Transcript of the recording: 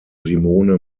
simone